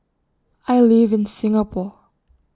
I live in Singapore